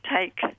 take